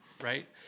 Right